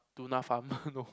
tuna farm